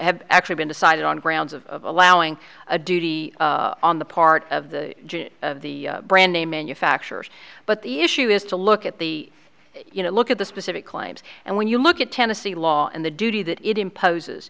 have actually been decided on grounds of allowing a duty on the part of the of the brand name manufacturers but the issue is to look at the you know look at the specific claims and when you look at tennessee law and the duty that it